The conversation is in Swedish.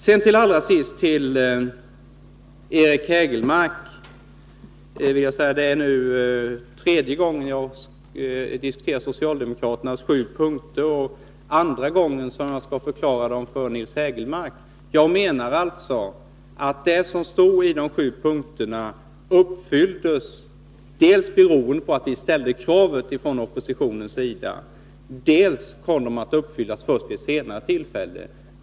Allra sist till Eric Hägelmark: Det är tredje gången som vi diskuterar socialdemokraternas sju punkter och andra gången som jag skall redogöra för dem för Eric Hägelmark. Jag menar alltså att kraven i de sju punkterna till en viss del uppfylldes förra året beroende på att vi från oppositionen ställde krav. Delvis kom de att uppfyllas först vid ett senare tillfälle.